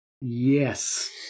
Yes